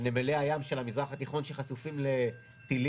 לנמלי הים של המזרח התיכון, שחשופים לטילים,